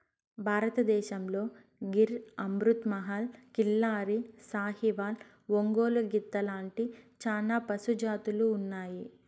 భారతదేశంలో గిర్, అమృత్ మహల్, కిల్లారి, సాహివాల్, ఒంగోలు గిత్త లాంటి చానా పశు జాతులు ఉన్నాయి